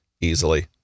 easily